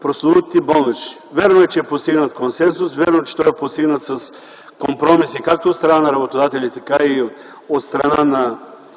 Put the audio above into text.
прословутите болнични. Вярно е, че е постигнат консенсус вярно е, че той е постигнат с компромиси както от страна на работодателите, така и от страна на